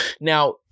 Now